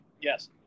yes